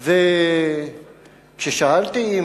כששאלתי,